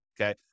okay